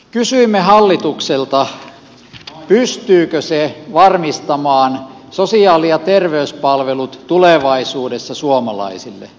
kysyimme hallitukselta pystyykö se varmistamaan sosiaali ja terveyspalvelut tulevaisuudessa suomalaisille